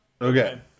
Okay